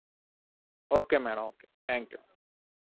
okay madam okay thank you